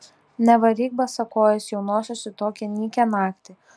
nevaryk basakojės jaunosios į tokią nykią naktį